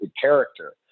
character